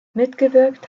mitgewirkt